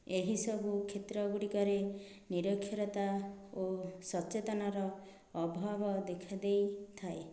ଏହିସବୁ କ୍ଷେତ୍ରଗୁଡ଼ିକରେ ନିରକ୍ଷରତା ଓ ସଚେତନର ଅଭାବ ଦେଖାଦେଇଥାଏ